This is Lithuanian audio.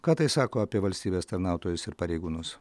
ką tai sako apie valstybės tarnautojus ir pareigūnus